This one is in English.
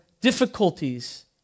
difficulties